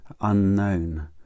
unknown